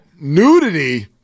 nudity